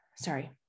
Sorry